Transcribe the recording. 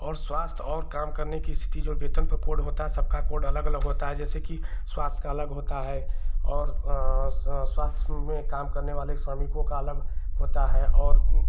और स्वास्थ्य और काम करने की इस्थिति जो वेतन पर कोड होता है सबका कोड अलग अलग होता है जैसे कि स्वास्थ्य का अलग होता है और स्वास्थ्य में काम करने वाले श्रमिकों का अलग होता है और